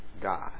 God